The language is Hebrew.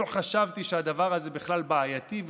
לא חשבתי שהדבר הזה בכלל בעייתי,